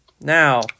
Now